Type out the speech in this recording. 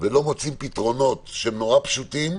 ולא מוצאים פתרונות שהם מאוד פשוטים.